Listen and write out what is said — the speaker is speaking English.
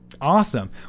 Awesome